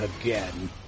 again